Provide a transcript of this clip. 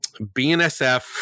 BNSF